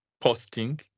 posting